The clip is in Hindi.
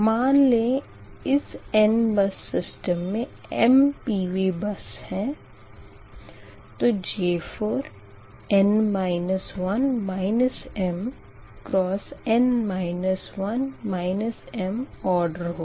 मान लें इस n बस सिस्टम में m PV बस है तो J4 ऑडर होगा